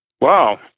Wow